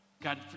God